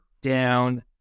down